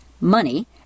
money